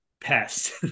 pest